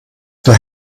der